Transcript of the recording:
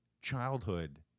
childhood